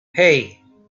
hey